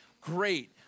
Great